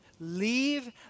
Leave